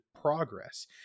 progress